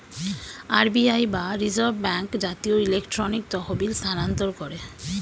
RBI বা reserve bank জাতীয় electronic তহবিল স্থানান্তর করে